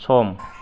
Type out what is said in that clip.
सम